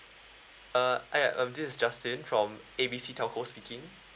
um I'm this is justine from A B C telco speaking